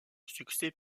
succès